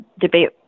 debate